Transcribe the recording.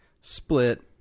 Split